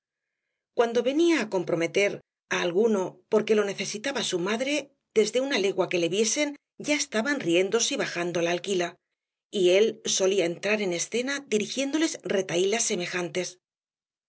cuando venía á comprometer á alguno porque lo necesitaba su madre desde una legua que le viesen ya estaban riéndose y bajando la alquila y él solía entrar en escena dirigiéndoles retahilas semejantes